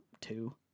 two